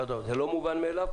זה לא מובן מאליו,